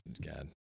God